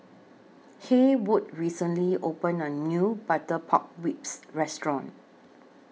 Haywood recently opened A New Butter Pork Ribs Restaurant